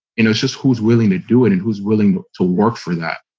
you know, just who's willing to do it and who's willing to work for that.